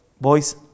boys